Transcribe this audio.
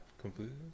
completely